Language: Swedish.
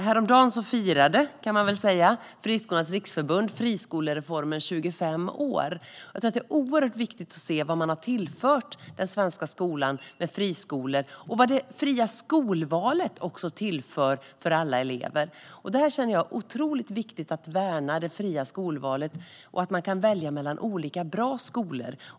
Häromdagen firade Friskolornas riksförbund 25 år efter friskolereformen. Det är oerhört viktigt att se vad friskolorna har tillfört den svenska skolan och vad det fria skolvalet tillför för alla elever. Det är otroligt viktigt att värna det fria skolvalet och att man kan välja mellan olika, bra skolor.